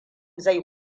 zai